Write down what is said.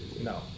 No